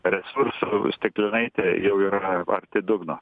resursų stiklinaitė jau yra arti dugno